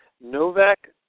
Novak